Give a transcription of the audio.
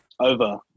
Over